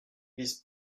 vise